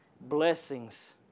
Blessings